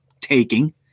taking